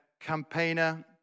campaigner